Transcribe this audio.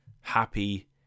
happy